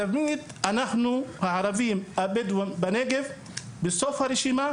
המגזר הערבי הבדואי נמצא בסוף הרשימה,